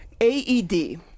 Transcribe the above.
A-E-D